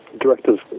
director's